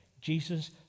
Jesus